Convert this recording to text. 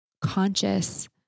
conscious